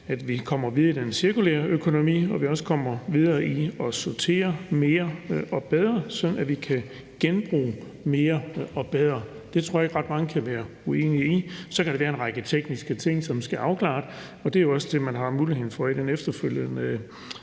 at vi kommer videre med den cirkulære økonomi, og at vi også kommer videre med at sortere mere og bedre, sådan at vi kan genbruge mere og bedre. Det tror jeg ikke ret mange kan være uenige i. Så kan der være en række tekniske ting, der skal afklares, og det er jo også det, man har mulighed for i den efterfølgende